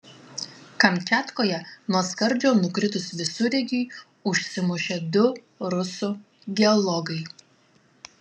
kamčiatkoje nuo skardžio nukritus visureigiui užsimušė du rusų geologai